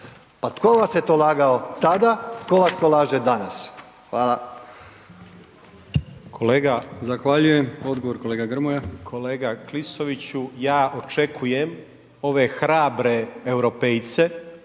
Pa tko vas je to lagao tada, tko vas to laže danas?